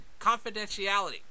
confidentiality